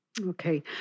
Okay